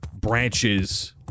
branches